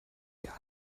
der